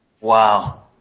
Wow